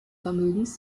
vermögens